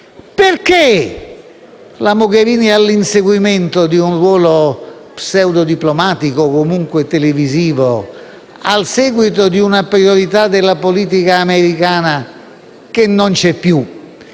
Perché la Mogherini è all'inseguimento di un ruolo pseudodiplomatico, o comunque televisivo, al seguito di una priorità della politica americana che non c'è più?